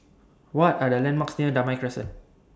What Are The landmarks near Damai Crescent